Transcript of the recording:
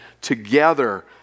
together